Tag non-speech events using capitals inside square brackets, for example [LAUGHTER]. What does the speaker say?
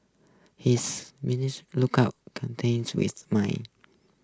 his [UNINTELLIGIBLE] look out content with mine